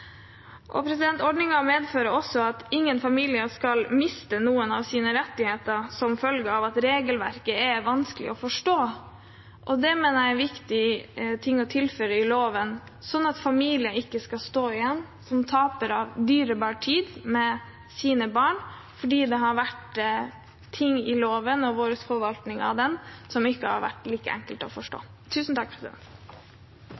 medfører også at ingen familier skal miste noen av sine rettigheter som følge av at regelverket er vanskelig å forstå. Det mener jeg er en viktig ting å tilføre i loven, slik at familier ikke skal stå igjen som tapere av dyrebar tid med sine barn fordi det har vært ting i loven og vår forvaltning av den som ikke har vært like enkelt å forstå.